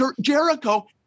Jericho